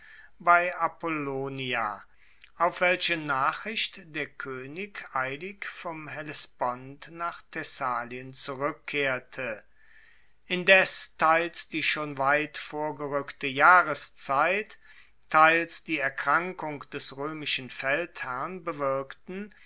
bei apollonia auf welche nachricht der koenig eilig vom hellespont nach thessalien zurueckkehrte indes teils die schon weit vorgerueckte jahreszeit teils die erkrankung des roemischen feldherrn bewirkten